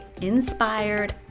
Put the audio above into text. inspired